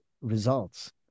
results